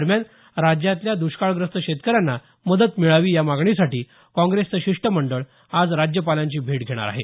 दरम्यान राज्यातल्या दष्काळग्रस्त शेतकऱ्यांना मदत मिळावी या मागणीसाठी काँग्रेसचं शिष्टमंडळ आज राज्यपालांची भेट घेणार आहे